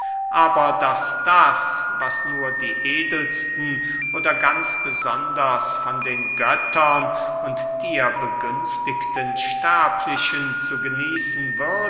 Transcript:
aber daß das was nur die edelsten oder ganz besonders von den göttern und dir begünstigten sterblichen zu genießen